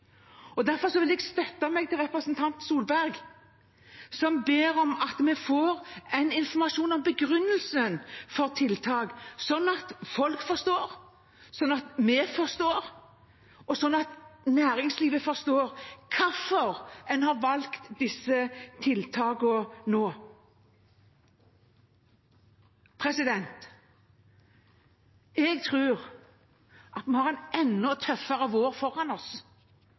Derfor vil jeg støtte meg til representanten Solberg, som ber om at vi får informasjon om begrunnelsen for tiltak, sånn at folk forstår, sånn at vi forstår, og sånn at næringslivet forstår hvorfor en har valgt disse tiltakene nå. Jeg tror vi har en enda tøffere vår foran oss